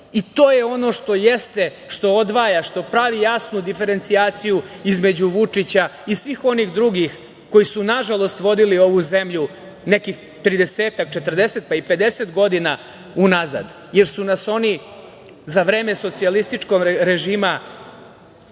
i to je ono što odvaja, što pravi jasnu diferencijaciju između Vučića i svih onih drugih koji su, nažalost, vodili ovu zemlju nekih 30, 40, pa i 50 godina unazad, jer su oni za vreme socijalističkog režima